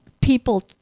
people